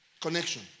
Connection